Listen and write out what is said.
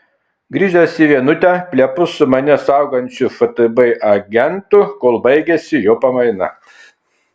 grįžęs į vienutę plepu su mane saugančiu ftb agentu kol baigiasi jo pamaina